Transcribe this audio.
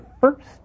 first